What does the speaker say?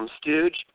stooge